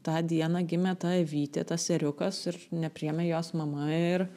tą dieną gimė ta avytė tas eriukas ir nepriėmė jos mama ir